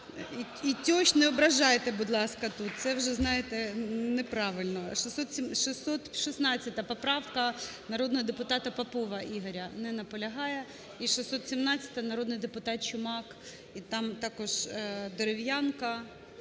І тещ не ображайте, будь ласка, тут, це вже, знаєте, неправильно. 616 поправка народного депутата Попова Ігоря не наполягає. І 617, народний депутат Чумак і там також Дерев'янко.